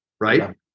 right